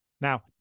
now